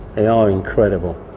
they are incredible.